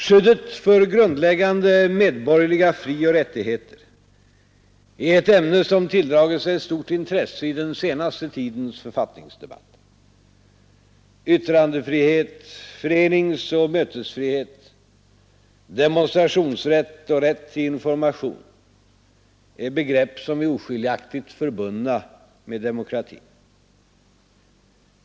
Skyddet för grundläggande medborgerliga frioch rättigheter är ett ämne som tilldragit sig ett stort intresse i den senaste tidens författnings debatt. Yttrandefrihet, föreningsoch mötesfrihet, demonstrationsrätt och rätt till information är begrepp som är oskiljaktigt förbundna med demokratin.